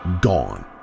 gone